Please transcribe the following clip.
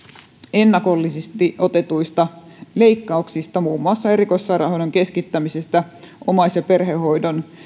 ennakollisesti otetuista leikkauksista muun muassa erikoissairaanhoidon keskittämisestä omais ja perhehoidon leikkauksista